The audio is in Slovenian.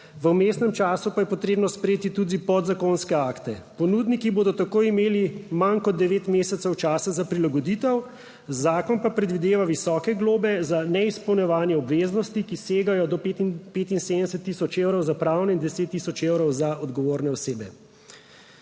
v vmesnem času pa je potrebno sprejeti tudi podzakonske akte. Ponudniki bodo tako imeli manj kot devet mesecev časa za prilagoditev, zakon pa predvideva visoke globe za neizpolnjevanje obveznosti, ki segajo do 75000 evrov za pravne in 10000 evrov za odgovorne osebe.